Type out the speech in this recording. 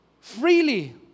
freely